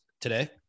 today